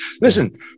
Listen